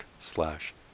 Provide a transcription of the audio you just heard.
slash